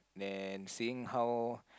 then seeing how